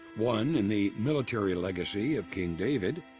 one in the military legacy of king david,